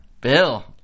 Bill